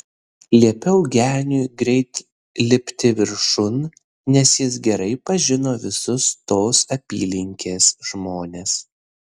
liepiau geniui greit lipti viršun nes jis gerai pažino visus tos apylinkės žmones